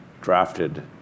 drafted